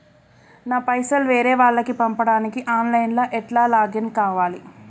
నా పైసల్ వేరే వాళ్లకి పంపడానికి ఆన్ లైన్ లా ఎట్ల లాగిన్ కావాలి?